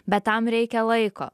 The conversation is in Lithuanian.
bet tam reikia laiko